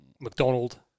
McDonald